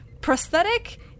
Prosthetic